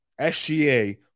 SGA